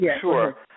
sure